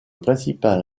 principal